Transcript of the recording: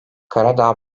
karadağ